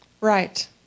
Right